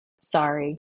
Sorry